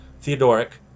Theodoric